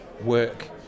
work